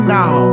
now